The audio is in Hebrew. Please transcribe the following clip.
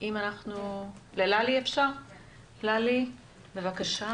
אנחנו הקמנו לפני כשנתיים שותפות של ארגוני מעסיקים,